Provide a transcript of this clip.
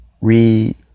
Read